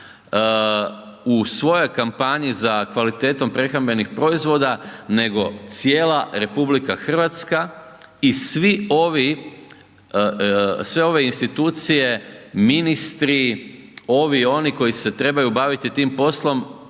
u svojoj kampanji za kvalitetom prehrambenih proizvod nego cijela RH i svi ovi, sve ove institucije, ministri, ovi, oni koji se trebaju baviti tim poslom